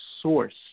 source